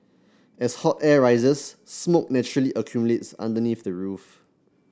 as hot air rises smoke naturally accumulates underneath the roof